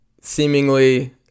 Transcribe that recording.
seemingly